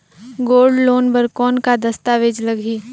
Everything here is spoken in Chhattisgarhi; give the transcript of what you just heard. गोल्ड लोन बर कौन का दस्तावेज लगही?